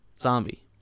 zombie